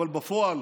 אבל בפועל